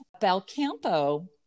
belcampo